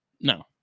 No